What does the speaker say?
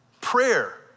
Prayer